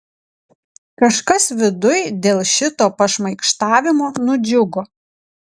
kažkas viduj dėl šito pašmaikštavimo nudžiugo